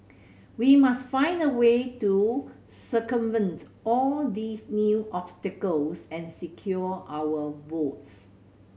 we must find a way to circumvent all these new obstacles and secure our votes